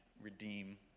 redeem